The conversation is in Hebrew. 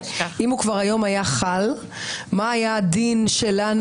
אם היום הוא היה חל מה היה הדין שלנו?